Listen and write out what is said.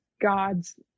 God's